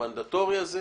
המנדטורי הזה,